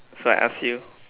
so I ask you